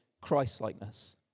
Christ-likeness